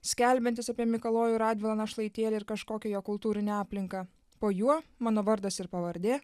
skelbiantis apie mikalojų radvilą našlaitėlį ir kažkokią jo kultūrinę aplinką po juo mano vardas ir pavardė